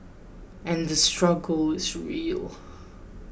and the struggle is real